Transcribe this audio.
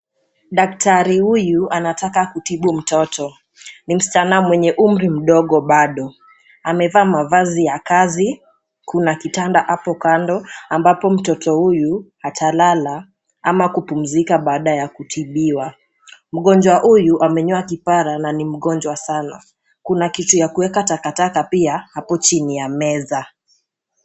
Daktari huyu anataka kutibu mtoto. Ni msichana mwenye umri mdogo bado. Amevaa mavazi ya kazi. Kuna kitanda hapo kando ambapo mtoto huyu atalala ama kupumizika bado ya kutibiwa. Mgonjwa huyu amenyoa kipara na ni mgonjwa sana. Kuna kitu ya kuweka takataka pia hapo chini ya meza.